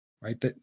right